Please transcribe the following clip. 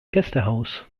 gästehaus